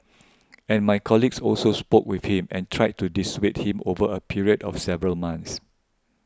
and my colleagues also spoke with him and tried to dissuade him over a period of several months